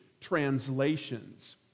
translations